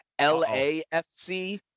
LAFC